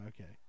okay